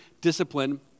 discipline